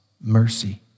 mercy